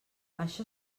això